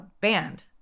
banned